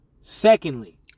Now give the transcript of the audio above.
Secondly